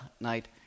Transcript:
night